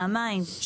פעמיים,